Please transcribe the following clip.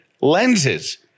lenses